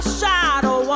shadow